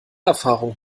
erfahrung